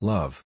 Love